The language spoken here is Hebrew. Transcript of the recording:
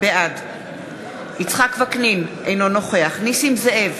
בעד יצחק וקנין, אינו נוכח נסים זאב,